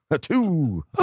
two